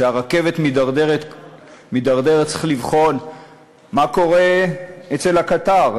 כשהרכבת מידרדרת צריך לבחון מה קורה אצל הקטר,